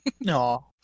no